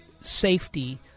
safety